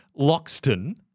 Loxton